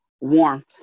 warmth